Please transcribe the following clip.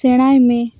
ᱥᱮᱬᱟᱭ ᱢᱮ